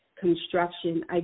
construction